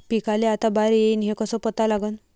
पिकाले आता बार येईन हे कसं पता लागन?